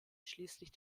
schließlich